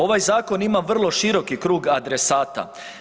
Ovaj zakon ima vrlo široki krug adresata.